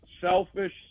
selfish